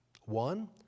One